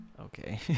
okay